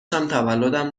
تولدم